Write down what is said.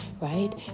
right